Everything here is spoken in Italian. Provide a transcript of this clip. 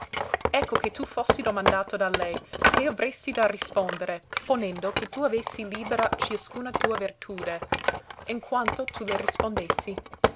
ecco che tu fossi domandato da lei che avrestù da rispondere ponendo che tu avessi libera ciascuna tua vertude in quanto tu le rispondessi